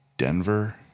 Denver